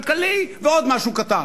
כלכלי ועוד משהו קטן.